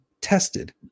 tested